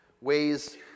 ways